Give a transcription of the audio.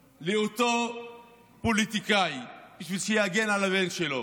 לאותו פוליטיקאי, בשביל שיגן על הבן שלו,